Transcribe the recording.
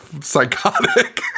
psychotic